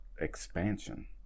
expansion